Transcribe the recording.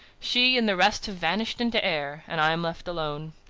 she and the rest have vanished into air, and i am left alone.